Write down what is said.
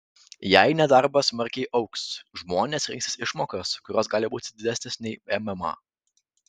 jei nedarbas smarkiai augs žmonės rinksis išmokas kurios gali būti didesnės nei mma